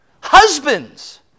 Husbands